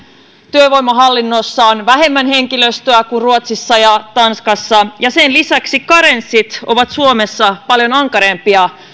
työvoimahallinnossa on vähemmän henkilöstöä kuin ruotsissa ja tanskassa ja sen lisäksi karenssit ovat suomessa paljon ankarampia